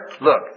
look